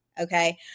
okay